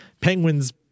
penguins